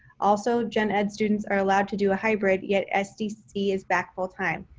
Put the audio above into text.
also gen ed students are allowed to do a hybrid yet sdc is back full time.